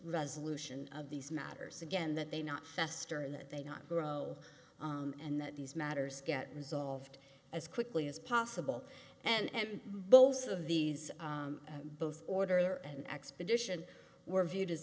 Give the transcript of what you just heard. resolution of these matters again that they not fester and that they do not grow and that these matters get resolved as quickly as possible and both of these both order and expedition were viewed as